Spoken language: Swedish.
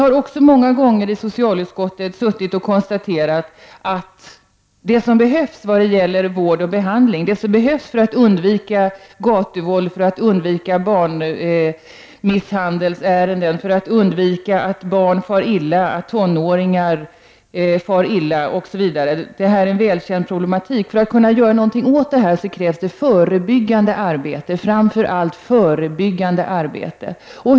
I socialutskottet har vi många gånger suttit och konstaterat att för att man skall kunna göra något i fråga om vård och behandling, för att undvika gatuvåld, barnmisshandel, att barn och tonåringar far illa, osv. — detta är en välkänd problematik — krävs det framför allt förebyggande arbete.